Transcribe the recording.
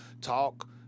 talk